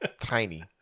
Tiny